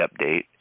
update